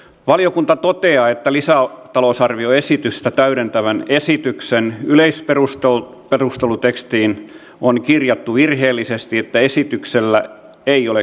valiokunta toteaa että lisätalousarvioesitystä täydentävän esityksen yleisperustelutekstiin on kirjattu virheellisesti että esityksellä ei ole kehysvaikutuksia